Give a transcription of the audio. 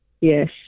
Yes